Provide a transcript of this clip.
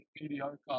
mediocre